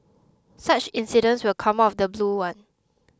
such incidents will come out of the blue one